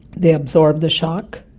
they absorb the shock,